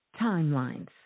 timelines